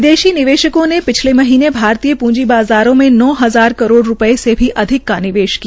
विदेशी निवेशको ने पिछले महीने भारतीय पूंजी बाज़ारों में नौ हजार करोड़ रूपये से भी अंधिक का निवेश किया